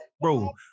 bro